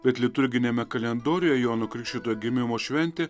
bet liturginiame kalendoriuje jono krikštytojo gimimo šventė